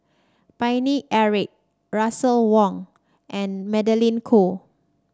Paine Eric Russel Wong and Magdalene Khoo